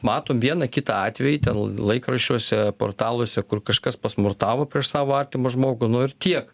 matom vieną kitą atvejį ten laikraščiuose portaluose kur kažkas pasmurtavo prieš savo artimą žmogų nu ir tiek